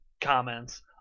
comments